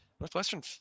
Northwestern –